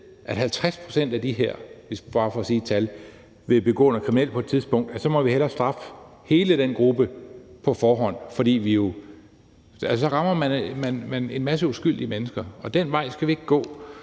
at sige et tal – vil begå noget kriminelt på et tidspunkt, så må vi hellere straffe hele den gruppe på forhånd. Så rammer man en masse uskyldige mennesker, og den vej skal vi ikke gå,